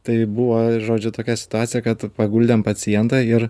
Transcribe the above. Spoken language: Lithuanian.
tai buvo žodžiu tokia situacija kad paguldėm pacientą ir